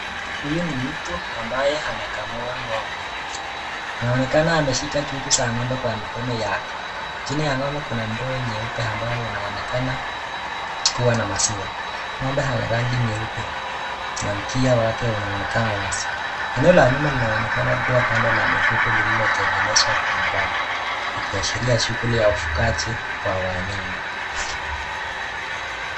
Huyu ni mtu mbaye anakamua ng'ombe. Inaonekana ameshika chuchu za ng'omba kwa mikono yake. Chini ya ng'ombe kuna ndoo nyeupe ambayo inaonekana kua na maziwa. Ng'ombe inarangi nyeupe na mkiwa wake inaonekana wazi. Eneo la nyuma inaonekana kua banda la mifugo iliyotengenezwa kwa mbao ikiashiria shughuli ya ufugaji wa wanyama.